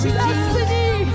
destiny